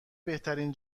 بهترین